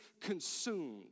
consumed